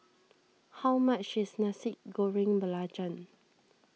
how much is Nasi Goreng Belacan